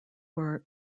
were